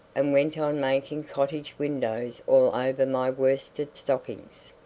and went on making cottage windows all over my worsted stockings,